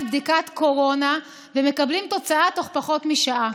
בדיקת קורונה ומקבלים תוצאה תוך פחות משעה,